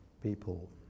people